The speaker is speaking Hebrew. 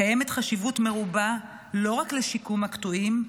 קיימת חשיבות מרובה לא רק לשיקום הקטועים,